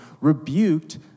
rebuked